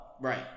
Right